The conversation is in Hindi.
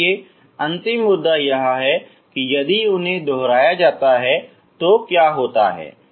इसलिए अंतिम मुद्दा यह है कि यदि उन्हें दोहराया जाता है तो क्या होता है